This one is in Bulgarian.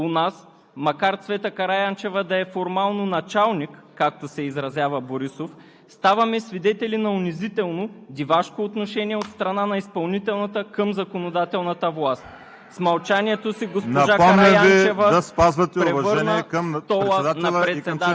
Демокрация. Един от основните принципи на демокрацията е разделението на властите. У нас, макар Цвета Караянчева да е формално началник, както се изразява Борисов, ставаме свидетели на унизително, дивашко отношение от страна на изпълнителната към законодателната власт.